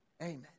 Amen